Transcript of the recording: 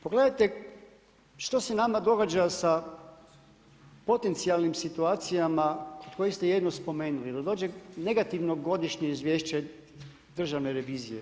Pogledajte što se nama događa sa potencijalnim situacijama od kojih ste jednu spomenuli jer dođe negativno godišnje izvješće Državne revizije.